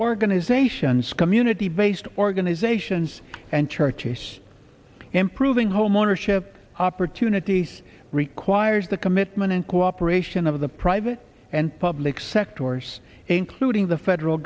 organizations community based organizations and churches improving homeownership opportunities requires the commitment and cooperation of the private and public sectors including the federal